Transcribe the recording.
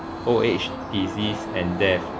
old age disease and death